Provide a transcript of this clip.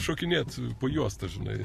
šokinėt po juostas žinai